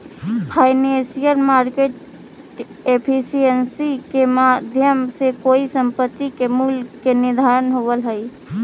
financial market efficiency के माध्यम से कोई संपत्ति के मूल्य के निर्धारण होवऽ हइ